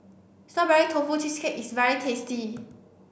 strawberry tofu cheesecake is very tasty